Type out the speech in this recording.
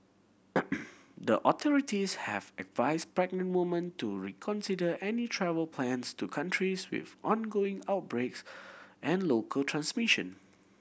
the authorities have advised pregnant women to reconsider any travel plans to countries with ongoing outbreaks and local transmission